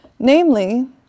Namely